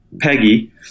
Peggy